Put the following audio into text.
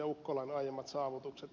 ukkolan aiemmat saavutukset